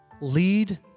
Lead